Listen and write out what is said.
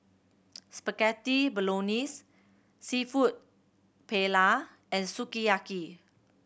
Spaghetti Bolognese Seafood Paella and Sukiyaki